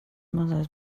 mazais